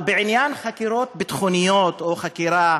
אבל בעניין חקירות ביטחוניות, או חקירה